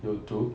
有毒